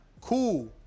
Cool